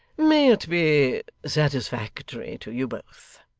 may it be satisfactory to you both!